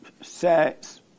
sex